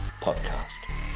podcast